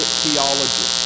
theology